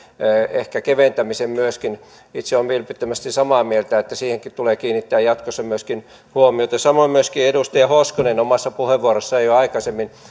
ehkä keventämisen myöskin itse olen vilpittömästi samaa mieltä että siihenkin tulee kiinnittää jatkossa huomiota samoin edustaja hoskonen omassa puheenvuorossaan jo aikaisemmin